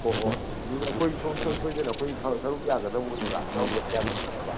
ꯑꯣ ꯑꯣ ꯑꯗꯨꯗꯤ ꯑꯩꯈꯣꯏ ꯁꯨꯡꯁꯣꯏ ꯁꯣꯏꯗꯅ ꯑꯩꯈꯣꯏ ꯁꯔꯨꯛ ꯌꯥꯒꯗꯧꯕ ꯑꯣꯏꯕ꯭ꯔꯥ ꯌꯥꯎꯗꯕ ꯌꯥꯗꯕ ꯅꯠꯇꯕ